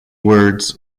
words